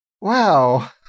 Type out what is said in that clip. Wow